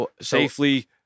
safely